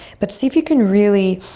but see if you can really